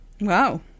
Wow